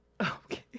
okay